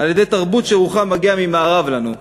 על-ידי תרבות שרוחה מגיעה ממערב לנו,